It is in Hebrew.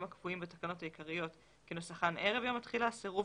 הקבועים בתקנות העיקריות כנוסחן ערב יום התחילה סירוב